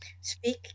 speak